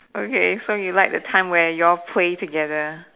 okay so you like the time where you all play together